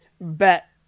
Bet